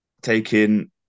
taking